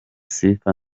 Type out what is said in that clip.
sifa